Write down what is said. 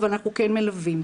אבל אנחנו כן מלווים.